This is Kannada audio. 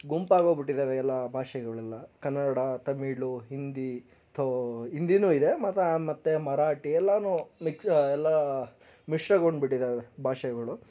ಗುಂಪು ಆಗೋಗ್ಬಿಟ್ಟಿದ್ದಾವೆ ಎಲ್ಲ ಭಾಷೆಗಳೆಲ್ಲ ಕನ್ನಡ ತಮಿಳು ಹಿಂದಿ ಥೋ ಹಿಂದಿಯೂ ಇದೆ ಮತ್ತು ಮತ್ತು ಮರಾಠಿ ಎಲ್ಲವೂ ಮಿಕ್ಸ್ ಎಲ್ಲ ಮಿಶ್ರಗೊಂಡ್ಬಿಟ್ಟಿದ್ದಾವೆ ಎಲ್ಲ ಭಾಷೆಗಳು